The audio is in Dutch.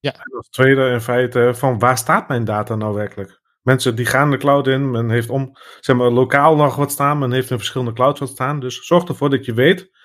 Ja. En als tweede in feite, van waar staat mijn data nou werkelijk? Mensen die gaan de cloud in, men heeft om, zeg maar, lokaal nog wat staan, men heeft in verschillende clouds wat staan. Dus zorg ervoor dat je weet